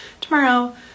tomorrow